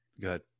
good